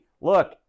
Look